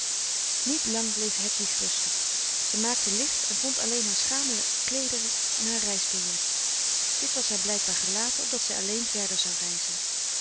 niet lang bleef hedwig rustig zij maakte licht en vond alleen haar schamele kleederen en haar reisbillet dit was haar blijkbaar gelaten opdat zij alleen verder zou reizen